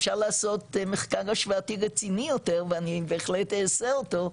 אפשר לעשות מחקר השוואתי רציני יותר ואני בהחלט אעשה אותו,